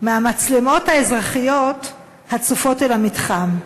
מהמצלמות האזרחיות הצופות על המתחם?